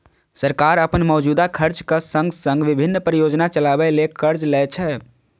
सरकार अपन मौजूदा खर्चक संग संग विभिन्न परियोजना चलाबै ले कर्ज लै छै